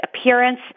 appearance